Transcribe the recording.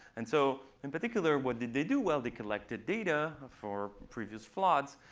and so in particular, what did they do? well, they collected data for previous floods.